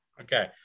Okay